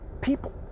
people